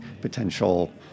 potential